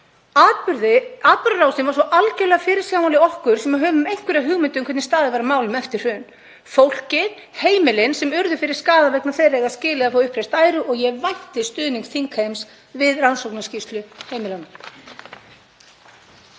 Atburðarásin var algjörlega fyrirsjáanleg okkur sem höfum einhverja hugmynd um hvernig staðið var að málum eftir hrun. Fólkið og heimilin sem urðu fyrir skaða vegna þess eiga skilið að fá uppreisn æru og ég vænti stuðnings þingheims við rannsóknarskýrslu heimilanna.